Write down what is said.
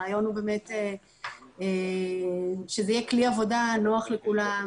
הרעיון הוא באמת שזה יהיה כלי עבודה נוח לכולם,